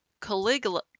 caligula